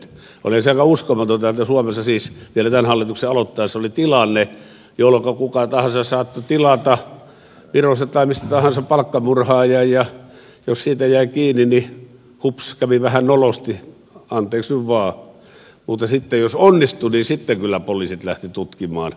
olihan se aika uskomatonta että suomessa siis vielä tämän hallituksen aloittaessa oli tilanne jolloinka kuka tahansa saattoi tilata virosta tai mistä tahansa palkkamurhaajan ja jos siitä jäi kiinni niin hups kävi vähän nolosti anteeksi nyt vaan mutta sitten jos onnistui niin kyllä poliisit lähtivät tutkimaan